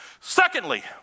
Secondly